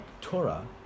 Torah